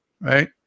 right